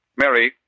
Mary